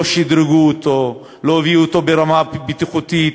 לא שדרגו אותו, לא הביאו אותו לרמה בטיחותית.